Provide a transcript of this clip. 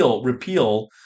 repeal